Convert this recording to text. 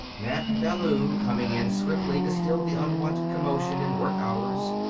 nap ballou, coming in swiftly to still the unwonted commotion in work hours,